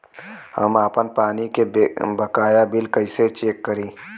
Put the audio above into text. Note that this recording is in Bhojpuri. हम आपन पानी के बकाया बिल कईसे चेक करी?